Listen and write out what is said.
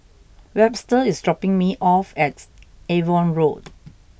Webster is dropping me off at Avon Road